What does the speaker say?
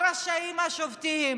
מה רשאים השופטים,